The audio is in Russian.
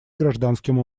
гражданским